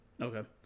Okay